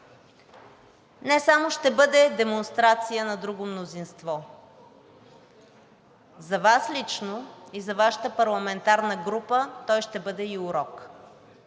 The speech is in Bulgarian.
не само ще бъде демонстрация на друго мнозинство. За Вас лично и за Вашата парламентарна група той ще бъде и урок.